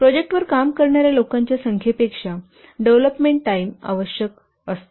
प्रोजेक्टवर काम करणाऱ्या लोकांच्या संख्येपेक्षा डेव्हलोपमेंट टाइम आवश्यक असते